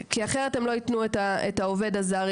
כי אם הם יעברו להעסקה ישירה הם לא ייתנו את העובד הזר.